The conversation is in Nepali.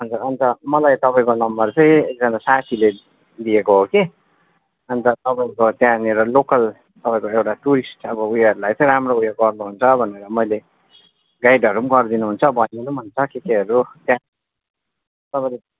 अनि त अनि त मलाई तपाईँको नम्बर चाहिँ एकजना साथीले दिएको हो के अनि त तपाईँको त्यहाँनेर लोकल तपाईँको एउटा अब टुरिस्ट अब ऊ योहरूलाई चाहिँ राम्रो ऊ यो गर्नुहुन्छ भनेर मैले गाइडहरू पनि गरिदिनुहुन्छ भनेर मैले त के केहरू त्यहाँ तपाईँले